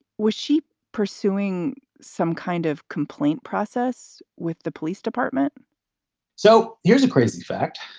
with sheep pursuing some kind of complaint process with the police department so here's a crazy fact,